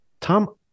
Tom